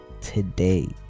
today